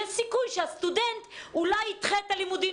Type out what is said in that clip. יש סיכוי שהסטודנט אולי ידחה את הלימודים